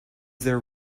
there